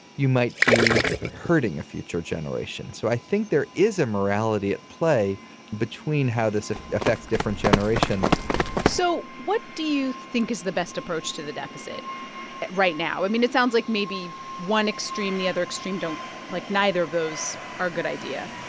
you might be hurting a future generation. so i think there is a morality at play between how this ah affects different generations so what do you think is the best approach to the deficit right now? i mean, it sounds like maybe one extreme, the other extreme don't like, neither of those are a good idea.